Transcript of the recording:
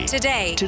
today